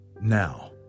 now